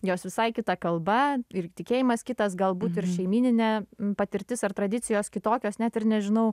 jos visai kita kalba ir tikėjimas kitas galbūt ir šeimyninė patirtis ar tradicijos kitokios net ir nežinau